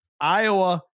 Iowa